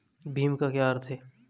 भीम का क्या अर्थ है?